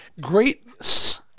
great